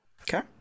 Okay